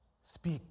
Speak